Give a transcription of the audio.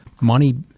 money